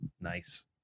Nice